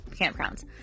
campgrounds